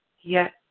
yes